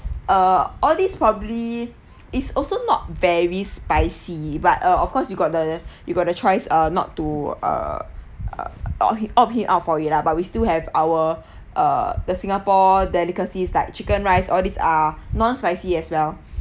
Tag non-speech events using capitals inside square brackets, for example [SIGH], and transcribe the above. err all these probably is also not very spicy but uh of course you got the you got the choice ah not to err opt him out for it lah but we still have our uh the singapore delicacies like chicken rice all these are non spicy as well [BREATH]